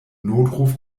notruf